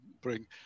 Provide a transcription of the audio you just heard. bring